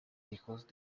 hijos